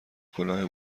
کلاه